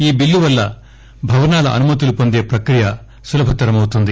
ఈ బిల్లువల్ల భవనాల అనుమతులు పొందే ప్రక్రియ సులభతరమౌతుంది